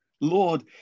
Lord